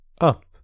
up